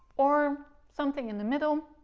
or something in the middle